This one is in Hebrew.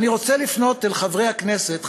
אני רוצה לפנות אל חברי הכנסת,